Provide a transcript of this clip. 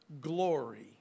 glory